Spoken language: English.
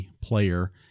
player